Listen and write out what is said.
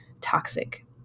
toxic